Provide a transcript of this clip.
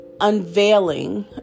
unveiling